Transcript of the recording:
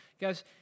guys